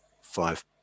five